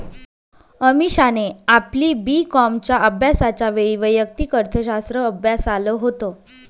अमीषाने आपली बी कॉमच्या अभ्यासाच्या वेळी वैयक्तिक अर्थशास्त्र अभ्यासाल होत